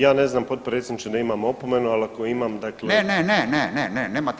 Ja ne znam potpredsjedniče jel' imam opomenu, ali ako imam dakle